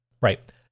right